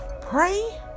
Pray